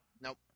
Nope